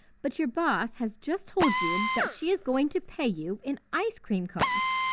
but your boss has just told you that she is going to pay you in ice cream cones.